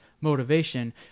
motivation